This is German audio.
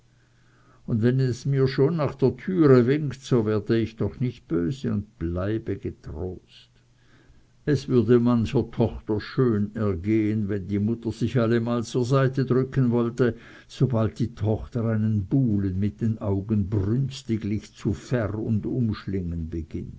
und wenn es mir schon nach der türe winkt so werde ich doch nicht böse und bleibe getrost es würde mancher tochter schön ergehen wenn die mutter sich allemal zur seite drücken wollte sobald ihre tochter einen buhlen mit den augen brünstiglich zu ver und umschlingen beginnt